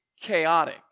chaotic